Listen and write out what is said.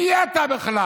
מי אתה בכלל?